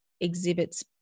exhibits